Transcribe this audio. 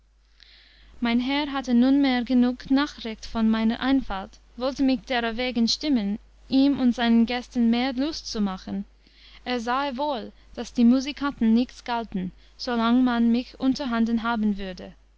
mein herr hatte nunmehr genug nachricht von meiner einfalt wollte mich derowegen stimmen ihm und seinen gästen mehr lust zu machen er sahe wohl daß die musikanten nichts galten solang man mich unterhanden haben würde